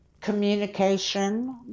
communication